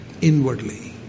inwardly